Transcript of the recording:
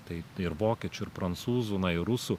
tai ir vokiečių ir prancūzų na ir rusų